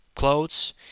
Clothes